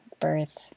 birth